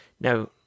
Now